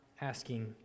asking